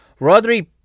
Rodri